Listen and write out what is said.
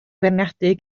feirniadu